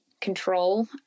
control